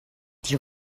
die